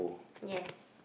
yes